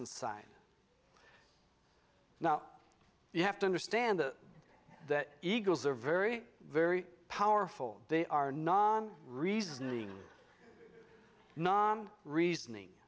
inside now you have to understand that the eagles are very very powerful they are non reasoning non reasoning